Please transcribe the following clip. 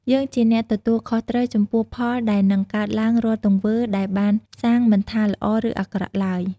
យើងជាអ្នកទទួលខុសត្រូវចំពោះផលដែលនឹងកើតឡើងរាល់ទង្វើដែលបានសាងមិនថាល្អឫអាក្រក់ទ្បើយ។